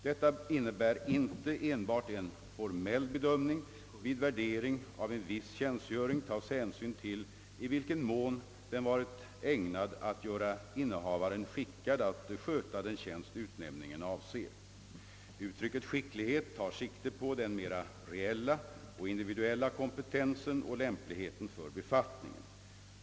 Detta innebär inte enbart en formell bedömning. Vid värdering av en viss tjänstgöring tas hänsyn till i vilken mån den varit ägnad att göra innehavaren skickad att sköta den tjänst utnämningen avser. Uttrycket »skicklighet» tar sikte på den mera reella och individuella kompetensen och lämpligheten för befattningen.